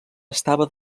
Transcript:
estava